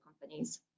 companies